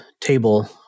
table